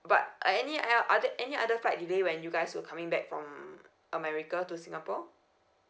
but uh any I yo~ are there any other flight delay when you guys were coming back from america to singapore